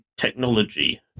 technology